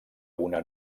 una